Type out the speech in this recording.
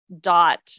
dot